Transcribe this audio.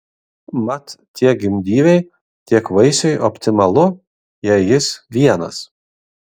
mat tiek gimdyvei tiek vaisiui optimalu jei jis vienas